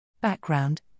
Background